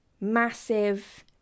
Massive